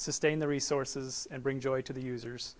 sustain the resources and bring joy to the users